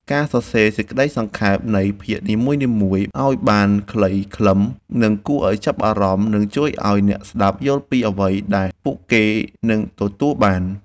ការសរសេរសេចក្តីសង្ខេបនៃភាគនីមួយៗឱ្យបានខ្លីខ្លឹម និងគួរឱ្យចាប់អារម្មណ៍នឹងជួយឱ្យអ្នកស្តាប់យល់ពីអ្វីដែលពួកគេនឹងទទួលបាន។